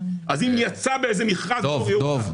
אז אם יצא באיזה מכרז --- דב,